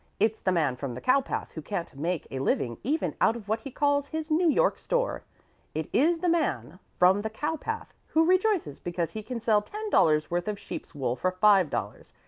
it's the man from the cowpath who can't make a living even out of what he calls his new york store it is the man from the cowpath who rejoices because he can sell ten dollars' worth of sheep's-wool for five dollars,